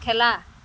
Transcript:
খেলা